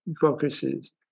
focuses